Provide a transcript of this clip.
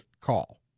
call